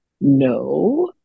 No